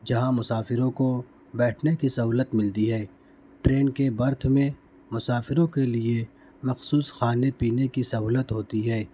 جہاں مسافروں کو بیٹھنے کی سہولت ملتی ہے ٹرین کے برتھ میں مسافروں کے لیے مخصوص کھانے پینے کی سہولت ہوتی ہے